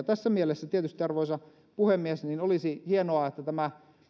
tässä mielessä tietysti arvoisa puhemies olisi hienoa että tämä